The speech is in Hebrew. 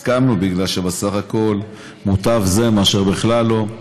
הסכמנו, בגלל שבסך הכול מוטב זה מאשר בכלל לא,